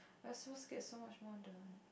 ya so scared so much more done